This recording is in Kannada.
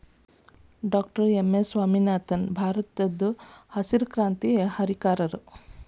ಡಾಕ್ಟರ್ ಎಂ.ಎಸ್ ಸ್ವಾಮಿನಾಥನ್ ಭಾರತದಹಸಿರು ಕ್ರಾಂತಿಯ ಹರಿಕಾರರು